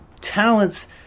talents